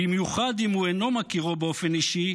במיוחד אם הוא אינו מכירו באופן אישי,